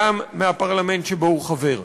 גם מהפרלמנט שבו הוא חבר.